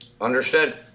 Understood